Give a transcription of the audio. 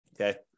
Okay